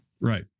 Right